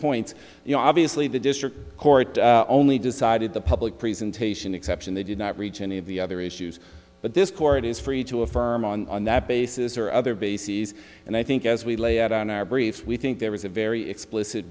points you know obviously the district court only decided the public presentation exception they did not reach any of the other issues but this court is free to affirm on that basis or other bases and i think as we lay out on our brief we think there is a very explicit